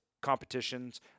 competitions